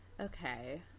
okay